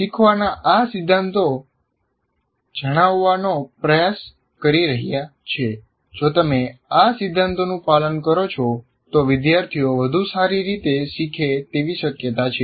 શીખવાના આ સિદ્ધાંતો જણાવવાનો પ્રયાસ કરી રહ્યા છે 'જો તમે આ સિદ્ધાંતોનું પાલન કરો છો તો વિદ્યાર્થીઓ વધુ સારી રીતે શીખે તેવી શક્યતા છે